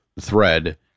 thread